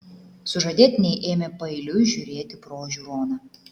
sužadėtiniai ėmė paeiliui žiūrėti pro žiūroną